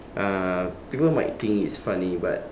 uh people might think it's funny but